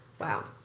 Wow